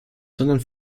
sondern